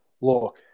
Look